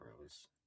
Rose